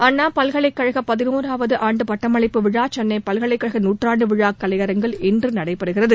அண்ணா பல்கலைக் கழக பதினாறாவது ஆண்டு பட்டமளிப்பு விழா சென்னை பல்கலைக் கழக நூற்றாண்டு விழா கலையரங்கில் இன்று நடைபெறுகிறது